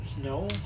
No